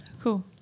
cool